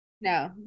No